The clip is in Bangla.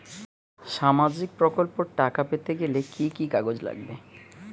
সামাজিক প্রকল্পর টাকা পেতে গেলে কি কি কাগজ লাগবে?